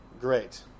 Great